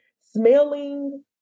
smelling